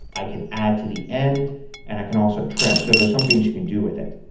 i can add to the end and i can also trim. so there's somethings you can do with it.